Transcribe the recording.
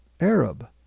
Arab